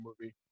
movie